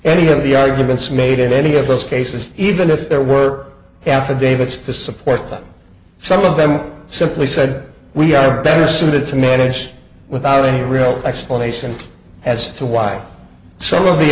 any of the arguments made in any of those cases even if there were affidavits to support them some of them simply said we are better suited to manage without any real explanation as to why some of the